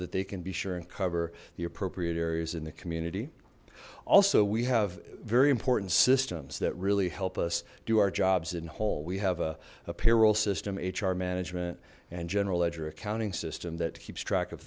that they can be sure and cover the appropriate areas in the community also we have very important systems that really help us do our jobs in whole we have a payroll system hr management and general ledger accounting system that keeps track of